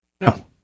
No